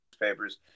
newspapers